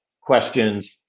questions